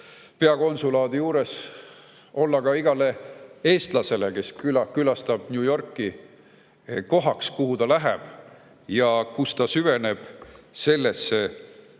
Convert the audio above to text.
peakonsulaadi juures, olla ka igale eestlasele, kes külastab New Yorki, kohaks, kuhu ta läheb ja kus ta süveneb sellesse,